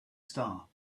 star